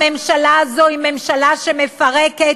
הממשלה הזאת היא ממשלה שמפרקת